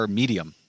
medium